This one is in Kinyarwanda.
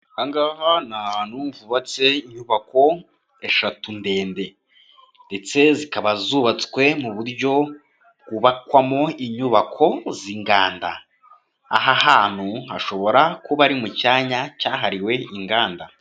Ahangaha ni ahantu hubatse inyubako eshatu ndende ndetse zikaba zubatswe mu buryo bwubakwamo inyubako z'inganda. Aha hantu hashobora kuba ari mu cyanya cyahariwe inganda.